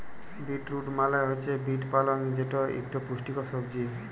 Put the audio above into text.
beet root মালে হছে beet পালং যেট ইকট পুষ্টিকর সবজি